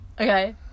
Okay